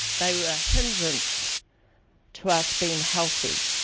they were a hindrance to us being healthy.